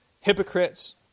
hypocrites